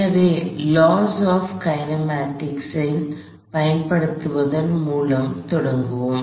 எனவே laws of kinematics ஐ Laws of kinematics இயக்கவியலின் விதி பயன்படுத்துவதன் மூலம் தொடங்குவோம்